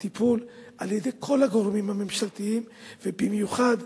על-ידי כל הגורמים הממשלתיים, ובמיוחד,